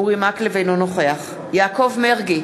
אינו נוכח יעקב מרגי,